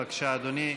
בבקשה, אדוני.